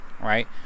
right